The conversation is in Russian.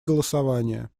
голосования